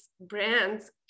brands